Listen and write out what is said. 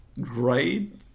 great